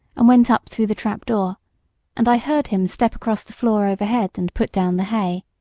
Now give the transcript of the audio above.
and went up through the trapdoor and i heard him step across the floor overhead and put down the hay.